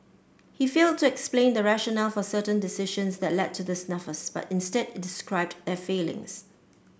he failed to explain the rationale for certain decisions that led to the snafus but instead described their failings